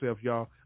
y'all